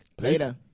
Later